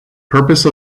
purpose